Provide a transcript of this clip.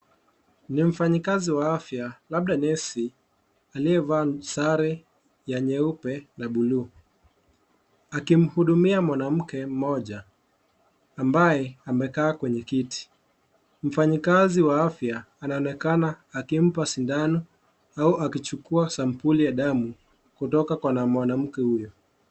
Ni mfanyakazi wa afya, labda nesi, aliyevaa sare ya nyeupe na bluu. Akimhudumia mwanamke mmoja, ambaye amekaa kwenye kiti. Mfanyakazi wa afya anaonekana akimpa sindano, au akichukua sampuli ya damu, kutoka kwa mwanamke huyo.